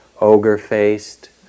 ogre-faced